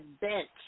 bench